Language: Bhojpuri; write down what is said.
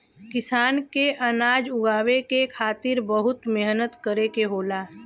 किसान के अनाज उगावे के खातिर बहुत मेहनत करे के होला